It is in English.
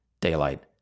Daylight